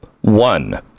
One